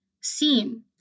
seem